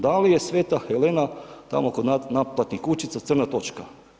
Da li je Sveta Helena tamo kod naplatnih kućica crna točka?